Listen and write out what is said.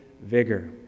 vigor